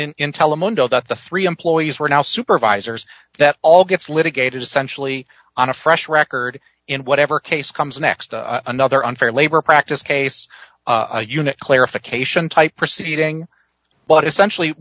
an intel mundo that the three employees were now supervisors that all gets litigators essentially on a fresh record in whatever case comes next another unfair labor practice case unit clarification type proceeding but essentially